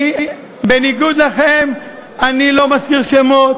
הוא לא ישמיץ